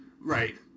Right